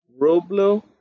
Roblo